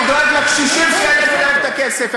אני דואג לקשישים שיעלו להם את הכסף,